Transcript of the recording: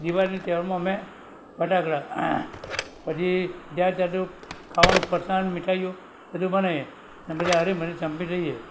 દિવાળીના તહેવારમાં અમે ફટાકડા પછી જાત જાતનું ખાવાનું ફરસાણ મીઠાઈઓ બધું બનાવીએ અને બધાં હળી મળીને સંપીને રહીએ